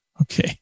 Okay